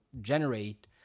generate